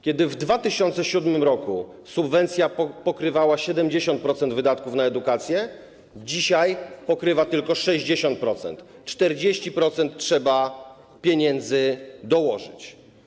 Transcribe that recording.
Kiedy w 2007 r. subwencja pokrywała 70% wydatków na edukację, dzisiaj pokrywa tylko 60%, 40% pieniędzy trzeba dołożyć.